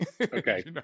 Okay